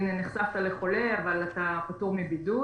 נחשפת לחולה אבל אתה פטור מבידוד.